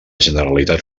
generalitat